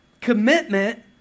Commitment